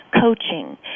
coaching